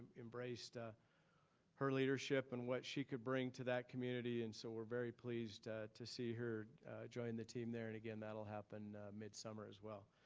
embrace her leadership and what she could bring to that community and so we're very pleased to see her join the team there. and again, that'll happen midsummer as well.